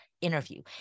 interview